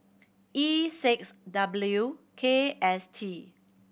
E six W K S T